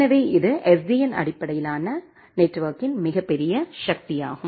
எனவே இது SDN அடிப்படையிலான நெட்வொர்க்கின் மிகப்பெரிய சக்தியாகும்